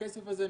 הכסף הזה נוצל,